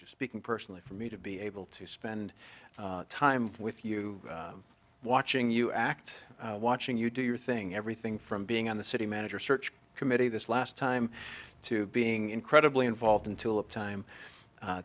just speaking personally for me to be able to spend time with you watching you act watching you do your thing everything from being on the city manager search committee this last time to being incredibly involved in tulip time